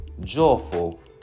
joyful